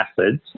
acids